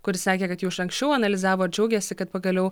kuri sakė kad jau iš anksčiau analizavo ir džiaugėsi kad pagaliau